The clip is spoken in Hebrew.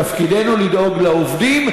תפקידנו לדאוג לעובדים,